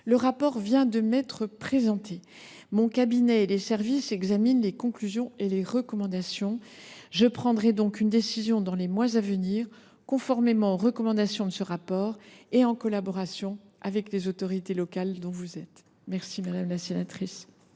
Son rapport vient de m’être présenté. Mon cabinet et les services en examinent les conclusions et les recommandations. Je prendrai donc une décision dans les mois à venir, conformément aux recommandations de ce rapport et en collaboration avec les autorités locales, dont vous êtes. La parole